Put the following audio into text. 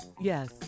Yes